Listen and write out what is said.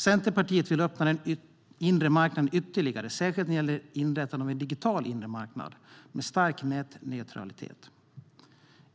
Centerpartiet vill öppna den inre marknaden ytterligare, särskilt när det gäller inrättande av en digital inre marknad med stark nätneutralitet.